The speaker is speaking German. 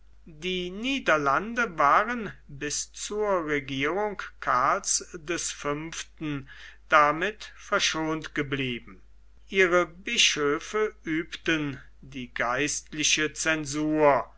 die niederlande waren bis zur regierung karls des fünften damit verschont geblieben ihre bischöfe übten die geistliche censur